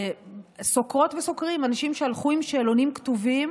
סוקרות וסוקרים, אנשים שהלכו עם שאלונים כתובים